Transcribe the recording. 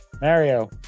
Mario